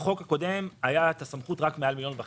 בחוק הקודם הייתה סמכות רק מעל 1.5 מיליון